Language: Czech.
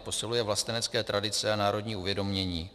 Posiluje vlastenecké tradice a národní uvědomění.